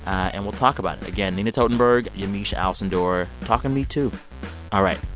and we'll talk about it. again, nina totenberg, yamiche alcindor talking metoo. all right.